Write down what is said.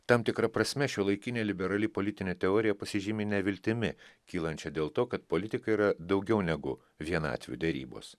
tam tikra prasme šiuolaikinė liberali politinė teorija pasižymi neviltimi kylančia dėl to kad politikai yra daugiau negu vienatvių derybos